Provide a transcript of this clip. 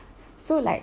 so like